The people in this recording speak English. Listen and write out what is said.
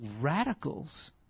radicals